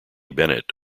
bennett